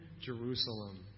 Jerusalem